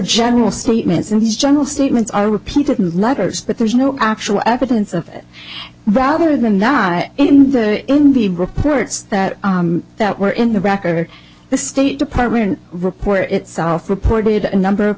general statements and his general statements are repeated letters but there's no actual evidence of it rather than that in the reports that that were in the record the state department report itself reported a number of